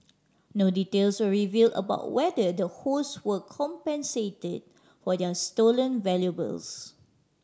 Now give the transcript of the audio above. no details were reveal about whether the hosts were compensated for their stolen valuables